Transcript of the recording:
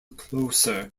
closer